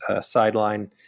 sideline